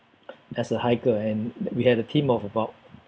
as a hiker and we had a team of about